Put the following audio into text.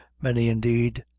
many, indeed,